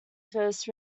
first